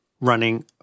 running